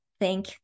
thank